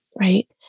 right